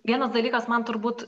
vienas dalykas man turbūt